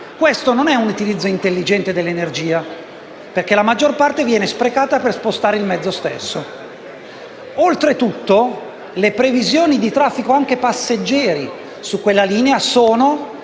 Questo non è un utilizzo intelligente dell'energia, perché la maggior parte di essa viene impiegata per spostare il mezzo stesso. Oltretutto, le previsioni di traffico passeggeri su quella linea ci